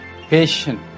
patient